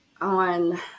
on